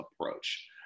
approach